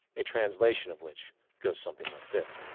a translation of which goes something like this